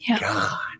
God